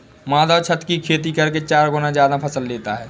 माधव छत की खेती करके चार गुना ज्यादा फसल लेता है